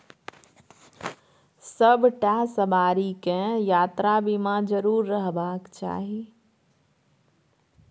सभटा सवारीकेँ यात्रा बीमा जरुर रहबाक चाही